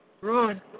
Run